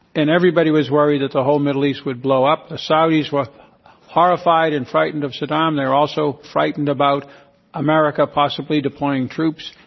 and everybody was worried that the whole middle east would blow up. the saudis were horrified and frightened of saddam. they were also frightened about american possibly deploying troops,